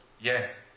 Yes